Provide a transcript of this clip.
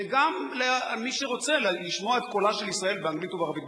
וגם מי שרוצה לשמוע את קולה של ישראל באנגלית ובערבית,